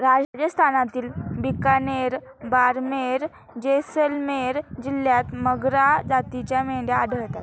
राजस्थानातील बिकानेर, बारमेर, जैसलमेर जिल्ह्यांत मगरा जातीच्या मेंढ्या आढळतात